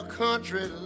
country